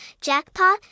jackpot